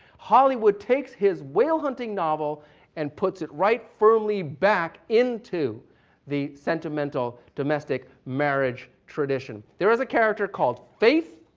hollywood takes his whale hunting novel and puts it right firmly back into the sentimental domestic marriage tradition. there is a character called faith.